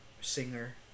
singer